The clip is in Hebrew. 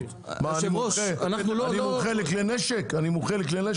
אני לא צריך לראות, מה אני מומחה לכלי נשק?